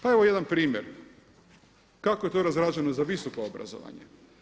Pa evo jedan primjer kako je to razrađeno za visoka obrazovanja.